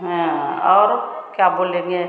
और क्या बोलेंगे